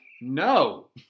no